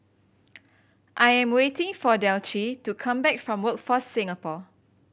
I am waiting for Delcie to come back from Workforce Singapore